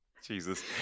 Jesus